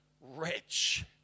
wretch